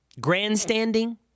grandstanding